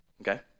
Okay